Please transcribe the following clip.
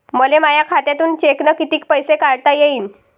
मले माया खात्यातून चेकनं कितीक पैसे काढता येईन?